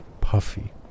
puffy